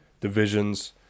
divisions